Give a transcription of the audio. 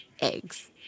eggs